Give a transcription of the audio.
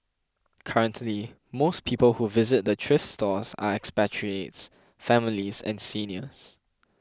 currently most people who visit the thrift stores are expatriates families and seniors